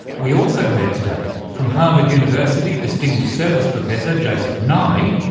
we also heard today from harvard university distinguished service professor joseph nye,